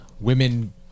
Women